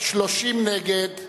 30 נגד,